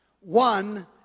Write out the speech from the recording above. one